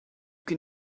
can